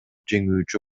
жеңүүчү